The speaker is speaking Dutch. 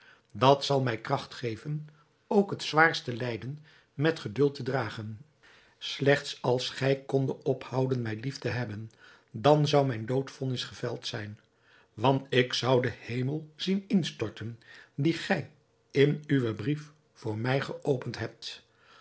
dat zal mij kracht geven ook het zwaarste lijden met geduld te dragen slechts als gij kondet ophouden mij lief te hebben dan zou mijn doodvonnis geveld zijn want ik zou den hemel zien instorten dien gij in uwen brief voor mij geopend hebt